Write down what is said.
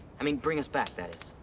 i mean bring us back, that